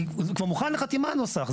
כי כבר מוכן לחתימה הנוסח.